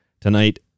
Tonight